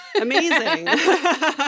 Amazing